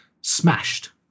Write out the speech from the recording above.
smashed